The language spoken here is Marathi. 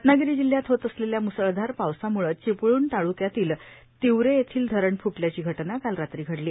रत्नागिरी जिल्ह्यात होत असलेल्या मुसळधार पावसामुळे चिपळूण तालुक्यातील तिवरे येथील धरण फ्टल्याची घटना काल रात्री घडली